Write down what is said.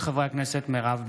מאת חברי הכנסת יעקב אשר,